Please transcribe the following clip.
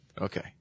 Okay